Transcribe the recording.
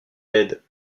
laides